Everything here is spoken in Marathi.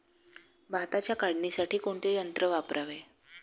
भाताच्या काढणीसाठी कोणते यंत्र वापरावे?